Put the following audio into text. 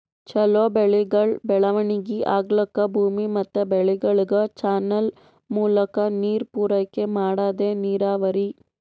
ಛಲೋ ಬೆಳೆಗಳ್ ಬೆಳವಣಿಗಿ ಆಗ್ಲಕ್ಕ ಭೂಮಿ ಮತ್ ಬೆಳೆಗಳಿಗ್ ಚಾನಲ್ ಮೂಲಕಾ ನೀರ್ ಪೂರೈಕೆ ಮಾಡದೇ ನೀರಾವರಿ